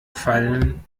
fallen